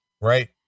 Right